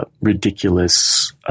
ridiculous